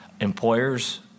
employers